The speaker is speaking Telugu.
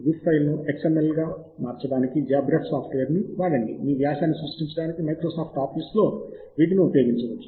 బిబ్ ఫైల్ను XML ఫైల్గా మార్చడానికి JabRef సాఫ్ట్వేర్ను కూడా వాడండి మీ వ్యాసాన్ని సృష్టించడానికి మైక్రోసాఫ్ట్ ఆఫీస్ లో వీటిని ఉపయోగించవచ్చు